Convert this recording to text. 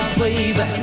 baby